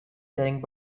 setting